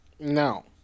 No